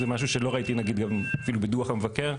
זה משהו שלא ראיתי, נגיד, אפילו גם בדו"ח המבקר.